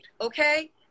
okay